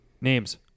Names